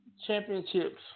championships